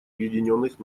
объединенных